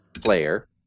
player